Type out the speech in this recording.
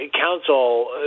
Council